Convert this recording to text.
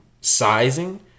sizing